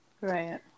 right